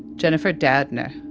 jennifer doudna,